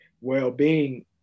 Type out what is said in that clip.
well-being